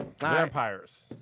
Vampires